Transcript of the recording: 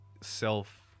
self